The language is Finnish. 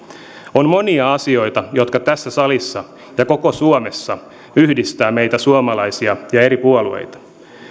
on monia asioita jotka tässä salissa ja koko suomessa yhdistävät meitä suomalaisia ja eri puolueita